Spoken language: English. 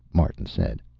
martin said.